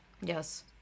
yes